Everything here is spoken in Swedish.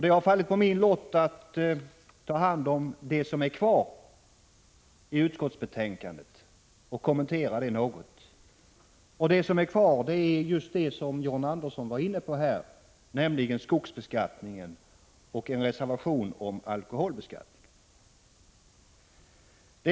Det har fallit på min lott att något kommentera återstående frågor i detta betänkande. Det gäller då just det som John Andersson var inne på, nämligen frågan om beskattningen av skog, samt en reservation om alkoholbeskattningen.